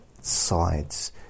sides